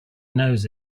knows